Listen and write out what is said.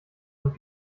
und